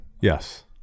Yes